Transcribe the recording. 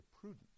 prudent